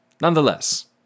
Nonetheless